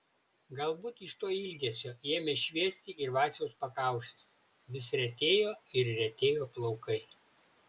galbūt iš to ilgesio ėmė šviesti ir vaciaus pakaušis vis retėjo ir retėjo plaukai